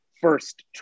first